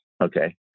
okay